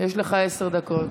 לך עשר דקות,